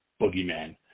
Boogeyman